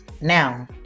Now